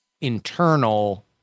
internal